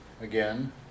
again